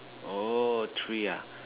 oh three ah